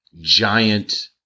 giant